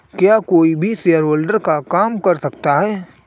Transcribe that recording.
क्या कोई भी शेयरहोल्डर का काम कर सकता है?